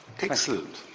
Excellent